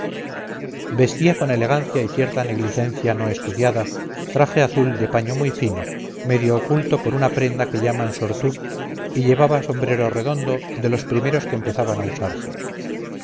vestía con elegancia y cierta negligencia no estudiada traje azul de paño muy fino medio oculto por una prenda que llamaban sortú y llevaba sombrero redondo de los primeros que empezaban a usarse